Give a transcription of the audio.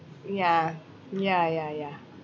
mm ya ya ya ya